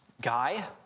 guy